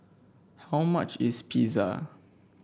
how much is Pizza